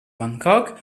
bangkok